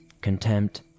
contempt